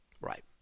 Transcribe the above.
Right